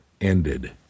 ended